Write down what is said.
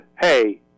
hey